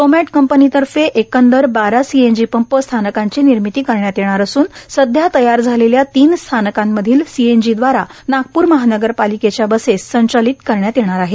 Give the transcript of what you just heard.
रोमॅट कंपनीतर्फे एकूण बारा सीएनजी पंप स्थानकांची निर्मिती करण्यात येणार असून सध्या तयार झालेल्या तीन स्थानकातील सीएनजी द्वारा नागपूर महानगरपालिकेच्या बसेस संचालित करण्यात येणार आहेत